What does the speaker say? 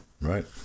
right